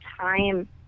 time